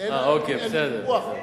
אין ויכוח.